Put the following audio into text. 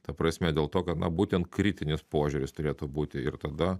ta prasme dėl to kad na būtent kritinis požiūris turėtų būti ir tada